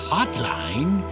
Hotline